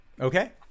Okay